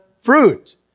fruit